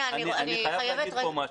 אני חייב להגיד פה משהו.